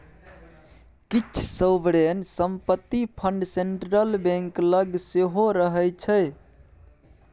किछ सोवरेन संपत्ति fund central bank लग सेहो रहय छै